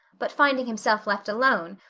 but finding himself left alone,